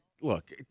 look